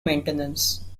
maintenance